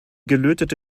gelötete